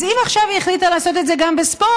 אז אם עכשיו היא החליטה לעשות את זה גם בספורט,